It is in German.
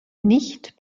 nicht